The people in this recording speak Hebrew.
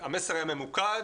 המסר היה ממוקד,